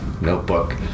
notebook